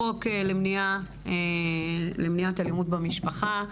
החוק למניעת אלימות במשפחה,